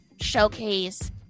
showcase